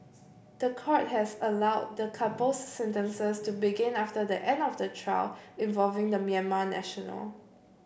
the court has allowed the couple's sentences to begin after the end of the trial involving the Myanmar national